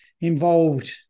involved